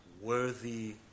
worthy